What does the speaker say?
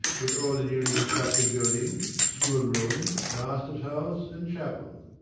with all the newly constructed buildings, schoolrooms, master's house, and chapel.